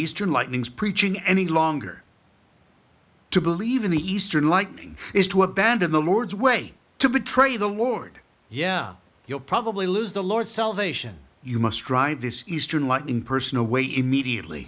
eastern lightnings preaching any longer to believe in the eastern lightning is to abandon the lord's way to betray the lord yeah you'll probably lose the lord's salvation you must drive this eastern lightnin person away immediately